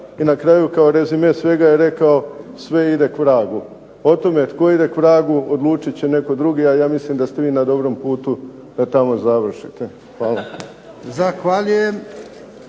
I na kraju kao rezime svega je rekao sve ide k vragu. O tome tko ide k vragu odlučit će netko drugi, a ja mislim da ste vi na dobrom putu da tamo završite. Hvala.